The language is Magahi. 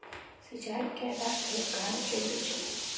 सिंचाई कै बार खेत खानोक जरुरी छै?